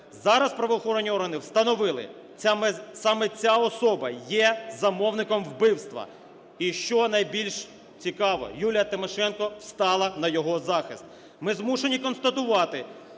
Зараз правоохоронні органи встановили: саме ця особа є замовником вбивства. І, що найбільш цікаво, Юлія Тимошенко стала на його захист. Ми змушені констатувати,